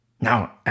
Now